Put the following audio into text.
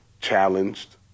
challenged